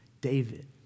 David